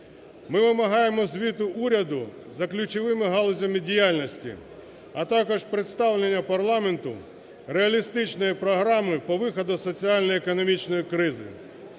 Ми вимагаємо звіту уряду за ключовими галузями діяльності, а також представлення парламенту реалістичної програми по виходу із соціально-економічної кризи.